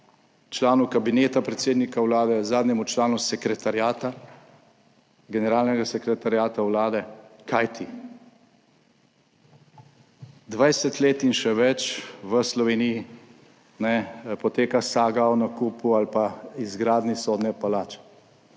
članu kabineta predsednika Vlade, zadnjemu članu sekretariata, generalnega sekretariata Vlade, kajti 20 let in še več v Sloveniji poteka saga o nakupu ali pa izgradnji sodne palače.